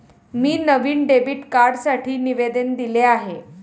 मी नवीन डेबिट कार्डसाठी निवेदन दिले आहे